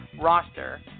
roster